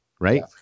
right